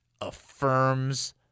affirms